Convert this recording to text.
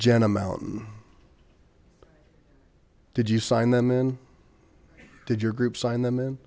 jenna mountain did you sign them in did your group sign them in